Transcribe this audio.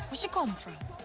where she come from?